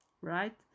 right